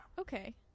Okay